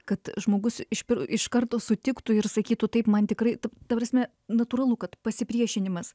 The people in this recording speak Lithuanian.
kad žmogus iš iš karto sutiktų ir sakytų taip man tikrai ta prasme natūralu kad pasipriešinimas